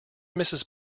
mrs